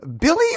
Billy